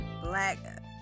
black